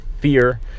fear